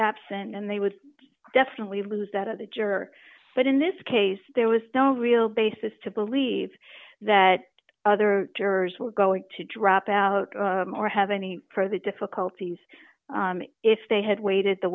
absent and they would definitely lose that a juror but in this case there was no real basis to believe that other jurors were going to drop out or have any for the difficulties if they had waited the